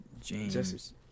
James